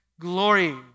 glory